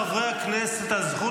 או --- תעמוד לחברי הכנסת הזכות